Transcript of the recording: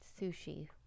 Sushi